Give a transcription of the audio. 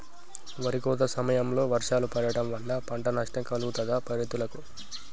వరి కోత సమయంలో వర్షాలు పడటం వల్ల పంట నష్టం కలుగుతదా రైతులకు?